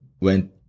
went